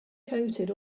coated